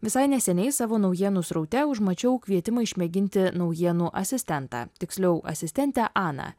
visai neseniai savo naujienų sraute užmačiau kvietimą išmėginti naujienų asistentą tiksliau asistentę aną